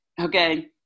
Okay